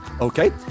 Okay